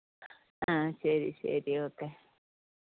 ആ ശരി ശരി ഓക്കെ